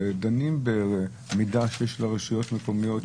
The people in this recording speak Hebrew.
דנים במידע שיש לרשויות מקומיות,